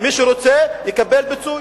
מי שרוצה, יקבל פיצוי.